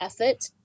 effort